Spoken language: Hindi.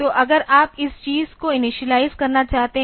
तो अगर आप इस चीज को इनिशियलाइज़ करना चाहते हैं